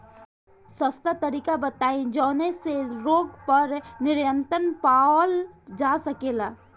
सस्ता तरीका बताई जवने से रोग पर नियंत्रण पावल जा सकेला?